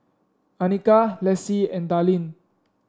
Annika Lessie and Darlyne